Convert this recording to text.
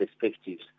perspectives